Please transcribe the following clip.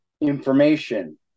information